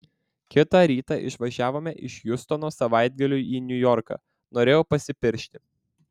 kitą rytą išvažiavome iš hjustono savaitgaliui į niujorką norėjau pasipiršti